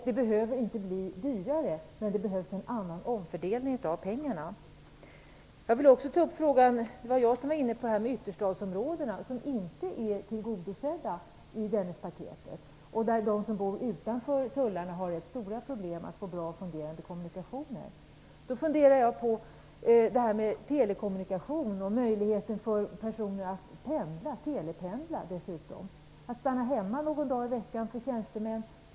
De behöver inte bli dyrare, men det behövs en omfördelning av pengarna. Jag vill även ta upp frågan om ytterstadsområdena vars trafikbehov inte är tillgodosedda i Dennispaketet. De som bor utanför tullarna i Stockholm har rätt stora problem att få bra och fungerande kommunikationer. Då funderade jag på möjligheterna till telekommunikationer, att telependla. Tjänstemän kunde stanna hemma någon dag i veckan.